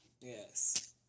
Yes